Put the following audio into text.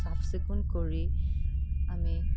চাফ চিকুণ কৰি আমি